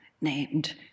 named